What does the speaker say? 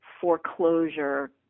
foreclosure